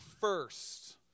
first